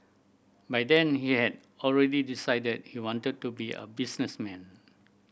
by then he had already decided he wanted to be a businessman